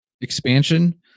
expansion